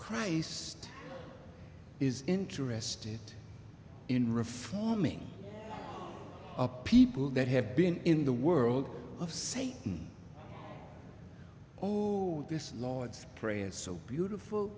christ is interested in reforming a people that have been in the world of say this lord's prayer is so beautiful